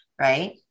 Right